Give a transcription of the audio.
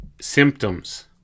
symptoms